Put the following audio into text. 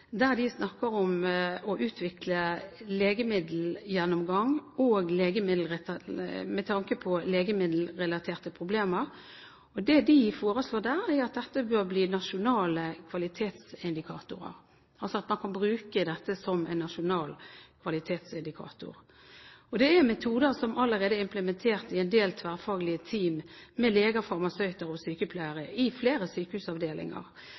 der de snakker om å utvikle en legemiddelgjennomgang med tanke på legemiddelrelaterte problemer. Det de foreslår der, er at dette bør bli nasjonale kvalitetsindikatorer, altså at man kan bruke dette som en nasjonal kvalitetsindikator. Det er metoder som allerede er implementert i en del tverrfaglige team med leger, farmasøyter og sykepleiere i flere sykehusavdelinger.